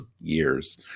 years